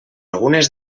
algunes